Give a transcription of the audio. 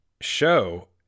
show